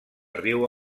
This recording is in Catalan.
riu